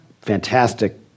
fantastic